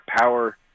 power